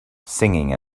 singing